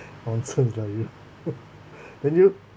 nonsense lah you can you